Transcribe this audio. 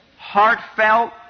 heartfelt